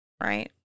right